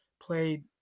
played